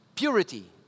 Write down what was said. Purity